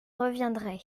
reviendrai